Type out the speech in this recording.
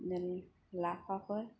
जेरै लाफाफोर